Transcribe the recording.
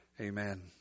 amen